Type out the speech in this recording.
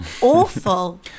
awful